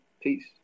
Peace